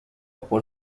por